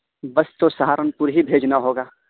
بس تو سہارنپور ہی بھیجنا ہوگا